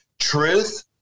Truth